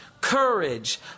courage